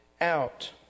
out